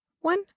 one